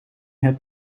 hebt